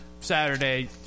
Saturday